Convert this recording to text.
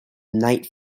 knight